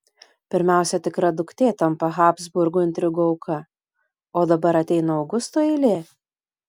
pirmiausia tikra duktė tampa habsburgų intrigų auka o dabar ateina augusto eilė